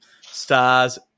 stars